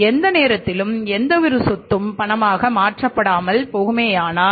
எந்த நேரத்திலும் எந்தவொரு சொத்தும் பணமாக மாற்றப்படாமல் போகுமேயானால்